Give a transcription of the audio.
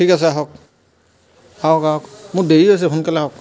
ঠিক আছে আহক আহক আহক মোৰ দেৰি হৈছে সোনকালে আহক